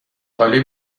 عالی